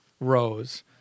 rows